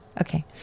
Okay